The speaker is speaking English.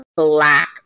Black